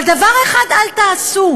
אבל דבר אחד אל תעשו,